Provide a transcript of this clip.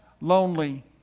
lonely